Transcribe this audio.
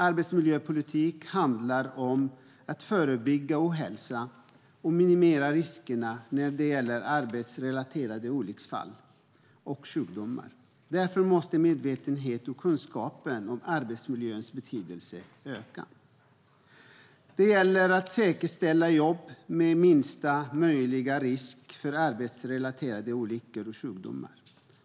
Arbetsmiljöpolitik handlar om att förebygga ohälsa och minimera riskerna när det gäller arbetsrelaterade olycksfall och sjukdomar. Därför måste medvetenheten och kunskapen om arbetsmiljöns betydelse öka. Det gäller att säkerställa jobb med minsta möjliga risk för arbetsrelaterade olyckor och sjukdomar.